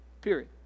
period